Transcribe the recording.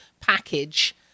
package